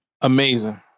Amazing